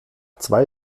zwei